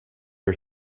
her